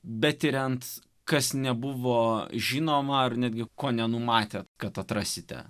bet tiriant kas nebuvo žinoma ar netgi ko nenumatė kad atrasite